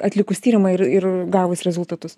atlikus tyrimą ir ir gavus rezultatus